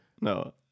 No